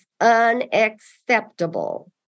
unacceptable